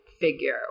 figure